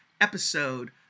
episode